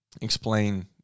explain